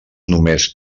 només